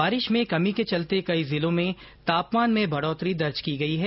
बारिश में कमी के चलते कई जिलों में तापमान में बढ़ोतरी दर्ज की गई है